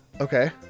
Okay